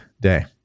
day